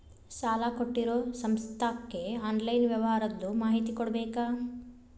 ಸಾಲಾ ಕೊಟ್ಟಿರೋ ಸಂಸ್ಥಾಕ್ಕೆ ಆನ್ಲೈನ್ ವ್ಯವಹಾರದ್ದು ಮಾಹಿತಿ ಕೊಡಬೇಕಾ?